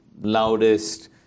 loudest